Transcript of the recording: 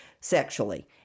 sexually